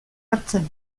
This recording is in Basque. hartzen